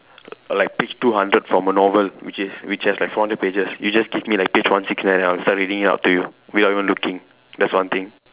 like page two hundred from a novel which is which has like four hundred pages you just give me like page one six nine I'll start reading it out to you without even looking that's one thing